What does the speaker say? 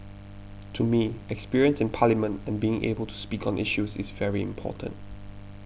to me experience in Parliament and being able to speak on issues is very important